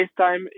FaceTime